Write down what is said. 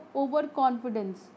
overconfidence